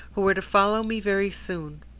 who are to follow me very soon.